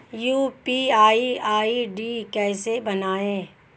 UPI ID कैसे बनाएं?